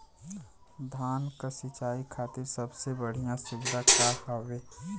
धान क सिंचाई खातिर सबसे बढ़ियां सुविधा का हवे?